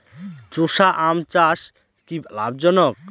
চোষা আম চাষ কি লাভজনক?